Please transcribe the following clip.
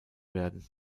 werden